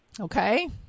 Okay